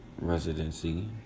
residency